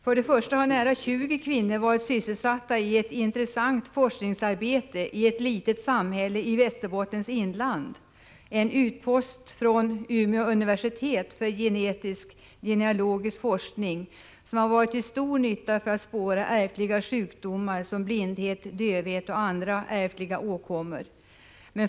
För det första har nära 20 kvinnor varit sysselsatta i ett intressant forskningsarbete i ett litet samhälle i Västerbottens inland, vid 65 en utpost från Umeå universitet för genetisk och genealogisk forskning. Denna forskning har varit till stor nytta för att spåra ärftliga sjukdomar som blindhet, dövhet och andra ärftliga åkommor.